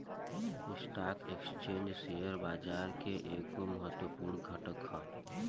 stock exchange share बाजार के एगो महत्वपूर्ण घटक ह